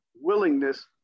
Willingness